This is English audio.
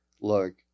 look